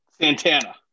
Santana